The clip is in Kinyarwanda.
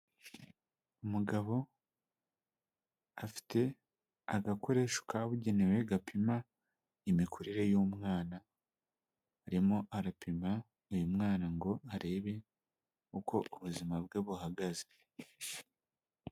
Umugabo afite agakoresho kabugenewe gapima imikurire y'umwana, arimo arapima uyu mwana ngo arebe uko ubuzima bwe buhagaze.